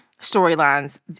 storylines